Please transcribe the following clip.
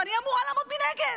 ואני אמורה לעמוד מנגד.